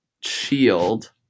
shield